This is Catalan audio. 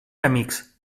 amics